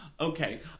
okay